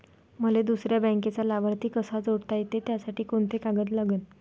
मले दुसऱ्या बँकेचा लाभार्थी कसा जोडता येते, त्यासाठी कोंते कागद लागन?